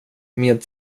med